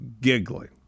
giggling